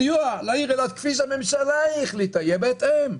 הסיוע לעיר אילת, כפי שהממשלה החליטה, יהיה בהתאם.